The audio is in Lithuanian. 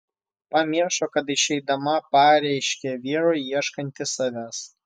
pamiršo kad išeidama pareiškė vyrui ieškanti savęs